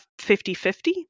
50-50